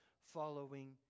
following